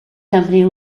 company